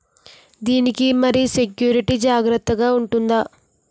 దీని కి మరి సెక్యూరిటీ జాగ్రత్తగా ఉంటుందా?